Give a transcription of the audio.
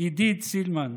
עידית סילמן,